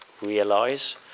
realise